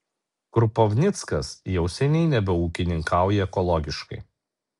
krupovnickas jau nebeūkininkauja ekologiškai